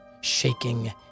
shaking